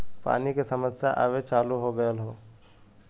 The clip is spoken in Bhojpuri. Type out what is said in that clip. पानी के समस्या आवे चालू हो गयल हौ